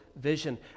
vision